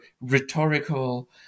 rhetorical